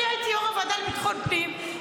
אני הייתי יו"ר הוועדה לביטחון פנים,